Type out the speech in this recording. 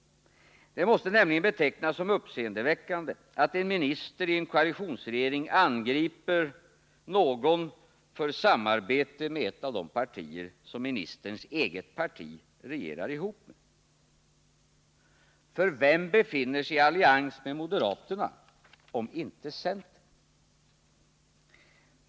Det måste nämligen betecknas som uppseendeväckande att en minister i en koalitionsregering angriper någon för samarbete med ett av de partier som ministerns eget parti regerar ihop med. För vem befinner sig i allians med moderaterna, om inte centern?